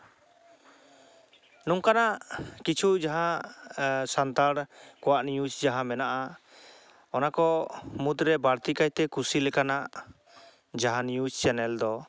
ᱱᱚᱝᱠᱟᱱᱟᱜ ᱠᱤᱪᱷᱩ ᱡᱟᱦᱟᱸ ᱥᱟᱱᱛᱟᱲ ᱠᱚᱣᱟᱜ ᱱᱤᱭᱩᱡ ᱡᱟᱦᱟᱸ ᱢᱮᱱᱟᱜᱼᱟ ᱚᱱᱟ ᱠᱚ ᱢᱩᱫᱨᱮ ᱵᱟᱹᱲᱛᱤ ᱠᱟᱭᱛᱮ ᱠᱩᱥᱤ ᱞᱮᱠᱟᱱᱟᱜ ᱡᱟᱦᱟᱸ ᱱᱤᱭᱩᱡ ᱪᱮᱱᱮᱞ ᱫᱚ